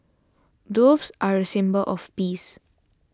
doves are a symbol of peace